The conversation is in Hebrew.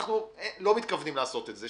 אנחנו לא מתכוונים לעשות את זה,